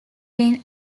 been